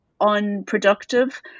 unproductive